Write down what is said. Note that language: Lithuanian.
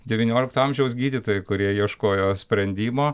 devyniolikto amžiaus gydytojai kurie ieškojo sprendimo